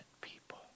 people